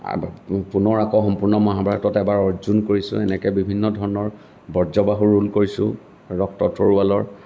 পুনৰ আকৌ সম্পূৰ্ণ মহাভাৰতত এবাৰ অৰ্জুন কৰিছোঁ এনেকৈ বিভিন্ন ধৰণৰ বৰ্যবাহুৰ ৰোল কৰিছোঁ ৰক্ত তৰোৱালৰ